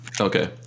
Okay